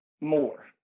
More